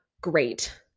great